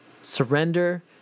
surrender